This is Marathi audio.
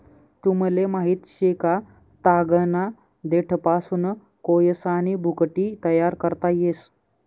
तुमले माहित शे का, तागना देठपासून कोयसानी भुकटी तयार करता येस